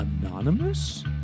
Anonymous